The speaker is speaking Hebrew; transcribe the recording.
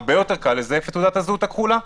הרבה יותר קל לזייף את תעודת הזהות הכחולה.